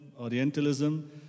Orientalism